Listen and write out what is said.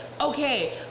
Okay